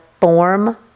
form